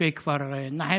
כלפי כפר נחף.